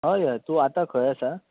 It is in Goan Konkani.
हय हय तूं आता खंय आसा